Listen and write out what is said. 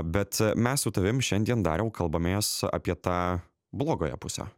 bet mes su tavim šiandien dariau kalbamės apie tą blogąją pusę